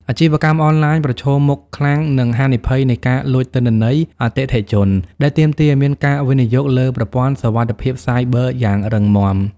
អាជីវកម្មអនឡាញប្រឈមមុខខ្លាំងនឹង ហានិភ័យនៃការលួចទិន្នន័យ អតិថិជន ដែលទាមទារឱ្យមានការវិនិយោគលើប្រព័ន្ធសុវត្ថិភាពសាយប័រយ៉ាងរឹងមាំ។